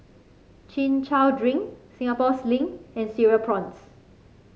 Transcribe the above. Chin Chow Drink Singapore Sling and Cereal Prawns